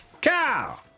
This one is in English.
Cow